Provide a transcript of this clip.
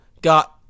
got